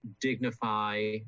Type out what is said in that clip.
dignify